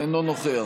אינו נוכח